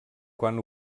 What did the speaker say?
quan